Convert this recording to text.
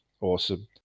awesome